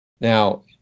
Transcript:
Now